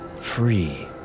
Free